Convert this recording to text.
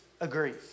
agrees